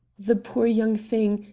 the poor young thing,